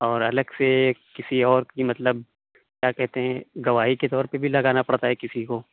اور الگ سے کسی اور کی مطلب کیا کہتے ہیں گواہی کے طور پر بھی لگانا پڑتا ہے کسی کو